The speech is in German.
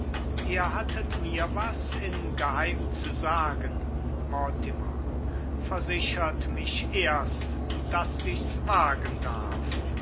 ihr hattet mir was in geheim zu sagen mortimer versichert mich erst daß ich's wagen darf